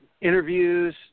interviews